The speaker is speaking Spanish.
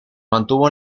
mantuvo